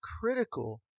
critical